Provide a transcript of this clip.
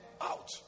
Out